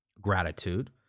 gratitude